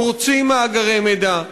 פורצים מאגרי מידע,